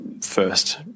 first